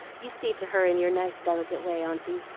you see to her in your nice, delicate way, aunty,